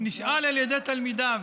נשאל על ידי תלמידיו.